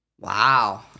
Wow